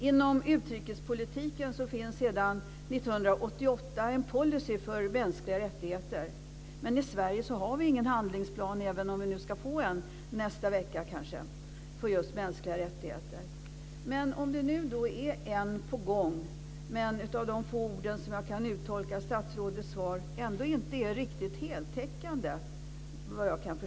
Inom utrikespolitiken finns sedan 1988 en policy för mänskliga rättigheter. Men i Sverige har vi ingen handlingsplan för mänskliga rättigheter, även om vi nu ska få en nästa vecka, kanske. Men av de få ord jag kan uttolka i statsrådets svar är den ändå inte heltäckande.